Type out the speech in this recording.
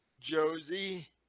Josie